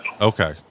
Okay